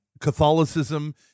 catholicism